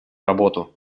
работу